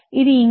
இது இங்கே